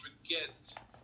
forget